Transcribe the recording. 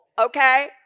okay